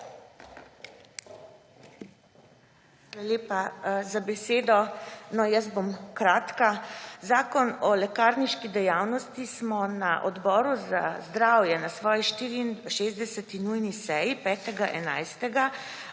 lepa za besedo. No, jaz bom kratka. Zakon o lekarniški dejavnosti smo na Odboru za zdravje na svoji 64. nujni seji 5. 11.